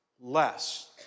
less